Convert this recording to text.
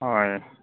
হয়